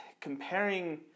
comparing